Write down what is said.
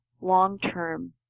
long-term